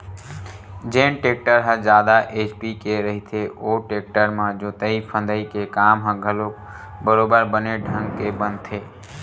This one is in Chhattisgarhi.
जेन टेक्टर ह जादा एच.पी के रहिथे ओ टेक्टर म जोतई फंदई के काम ह घलोक बरोबर बने ढंग के बनथे